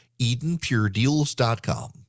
EdenPureDeals.com